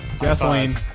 gasoline